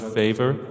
favor